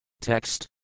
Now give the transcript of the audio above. Text